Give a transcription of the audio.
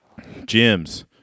gyms